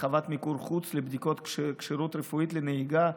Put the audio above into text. הרחבת מיקור חוץ כשירות רפואית לנהיגה,